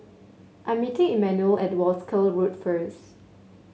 I'm meeting Emmanuel at Wolskel Road first